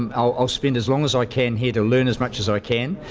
um i'll i'll spend as long as i can here, to learn as much as i can.